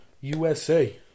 USA